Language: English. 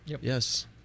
Yes